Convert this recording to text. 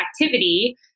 activity